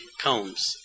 combs